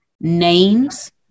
names